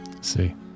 See